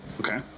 Okay